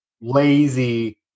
lazy